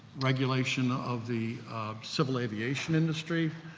regulation of the civil aviation industry